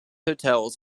hotels